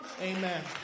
Amen